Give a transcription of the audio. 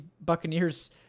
Buccaneers